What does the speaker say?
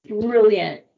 brilliant